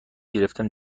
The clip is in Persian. گرفتم